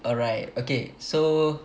alright okay so